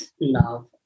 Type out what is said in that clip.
love